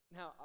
Now